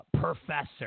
professor